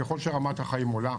ככל שרמת החיים עולה,